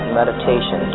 meditation